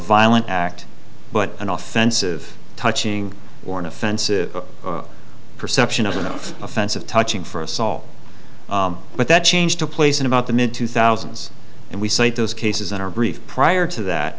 violent act but an off ends of touching or an offensive perception of enough offensive touching for us all but that change took place in about the mid to thousands and we cite those cases in our brief prior to that